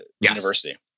university